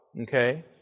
Okay